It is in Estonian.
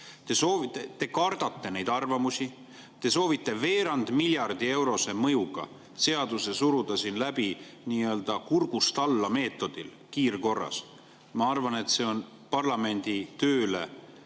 Te kardate neid arvamusi, sest te soovite veerand miljardi eurose mõjuga seaduse suruda läbi nii-öelda kurgust-alla-meetodil kiirkorras. Ma arvan, et see on parlamendi tööle